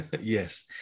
yes